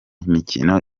mikino